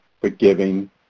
forgiving